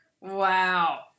Wow